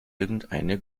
irgendeine